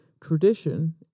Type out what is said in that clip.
tradition